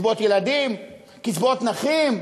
קצבאות ילדים, קצבאות נכים,